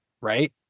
right